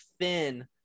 thin